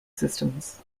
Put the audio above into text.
systems